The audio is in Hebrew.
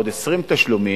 עוד 20 תשלומים,